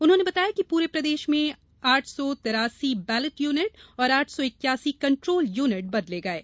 उन्होंने बताया कि पूरे प्रदेश में आठ सौ तिरासी बैलेट यूनिट और आठ सौ इक्यासी कंट्रोल यूनिट बदले गये